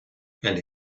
and